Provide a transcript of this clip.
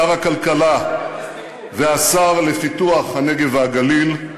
שר הכלכלה והשר לפיתוח הנגב והגליל,